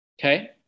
Okay